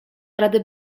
rady